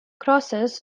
crosses